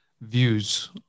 views